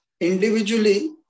individually